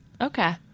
Okay